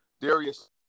Darius